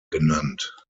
genannt